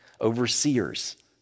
Overseers